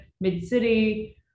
mid-city